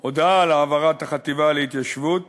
הודעה על העברת החטיבה להתיישבות